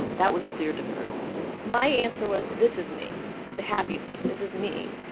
that was clear to her my answer was, this is me the happy me. this is me.